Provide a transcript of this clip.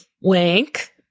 Wink